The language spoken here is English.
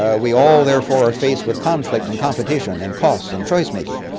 ah we all therefore are faced with conflict and competition and cost and choice making.